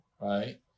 right